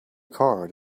card